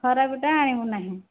ଖରାପଟା ଆଣିବୁ ନାହିଁ